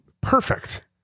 Perfect